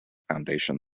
foundation